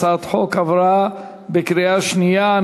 הצעת החוק עברה בקריאה שנייה.